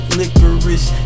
licorice